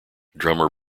drummer